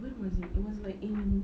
when was it it was like in